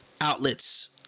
outlets